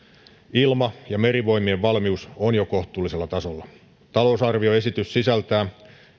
ilma ja merivoimien valmius on jo kohtuullisella tasolla talousarvioesitys sisältää